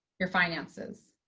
your finances,